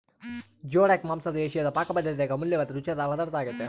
geoduck ಮಾಂಸ ಏಷಿಯಾದ ಪಾಕಪದ್ದತ್ಯಾಗ ಅಮೂಲ್ಯವಾದ ರುಚಿಯಾದ ಪದಾರ್ಥ ಆಗ್ಯೆತೆ